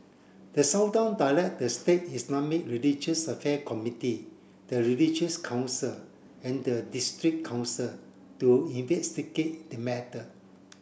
the Sultan direct the state Islamic religious affair committee the religious council and the district council to investigate the matter